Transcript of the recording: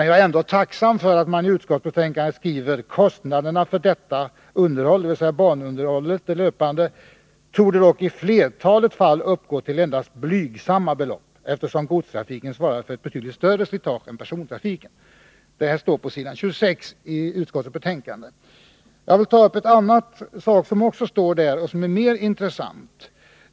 Jag är ändå tacksam för att man i utskottsbetänkandet skriver: ”Kostnaderna för detta underhåll”, dvs. det löpande banunderhållet, ”torde dock i flertalet fall uppgå till endast blygsamma belopp eftersom godstrafiken svarar för ett betydligt större slitage än persontrafiken.” Detta står på s. 26 i utskottsbetänkandet. Jag vill också ta upp en annan sak som behandlas i utskottsbetänkandet och som är mer intressant.